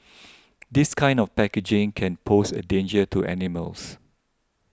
this kind of packaging can pose a danger to animals